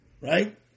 right